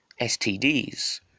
STDs